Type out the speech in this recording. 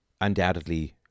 undoubtedly